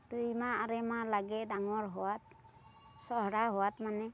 দুইমাহ আঢ়ৈ মাহ লাগে ডাঙৰ হোৱাত চহৰা হোৱাত মানে